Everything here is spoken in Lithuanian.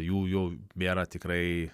jų jau bėra tikrai